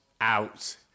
out